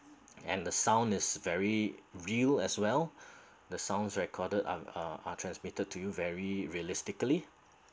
and the sound is very real as well the sounds recorded are are transmitted to you very realistically